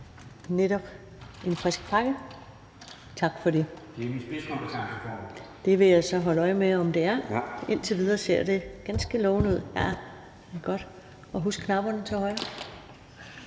det. (Peter Juel-Jensen (V): Det er min spidskompetence, formand). Det vil jeg så holde øje med om det er. Indtil videre ser det ganske lovende ud – husk knapperne til højre.